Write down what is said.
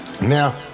now